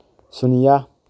ꯁꯨꯅ꯭ꯌꯥ